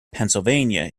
pennsylvania